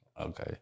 Okay